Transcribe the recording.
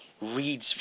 reads